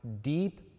deep